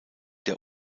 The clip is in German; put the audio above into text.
der